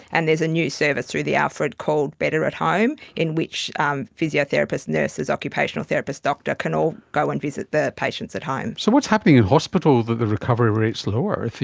and there's a new service through the alfred called better at home in which um physiotherapist nurses, occupational therapist doctors can all go and visit the patients at home. so what's happening in hospital that the recovery rates lower,